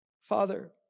Father